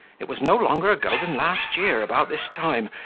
it was no longer ago than last year about this time,